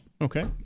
Okay